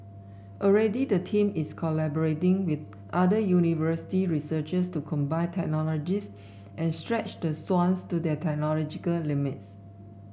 already the team is collaborating with other university researchers to combine technologies and stretch the swans to their technological limits